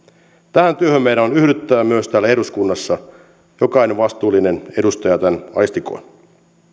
tähän työhön meidän on yhdyttävä myös täällä eduskunnassa jokainen vastuullinen edustaja tämän aistikoon